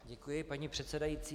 Děkuji, paní předsedající.